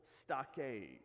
stockade